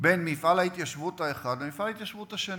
בין מפעל ההתיישבות האחד למפעל ההתיישבות השני.